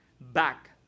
back